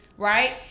Right